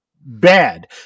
bad